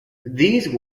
these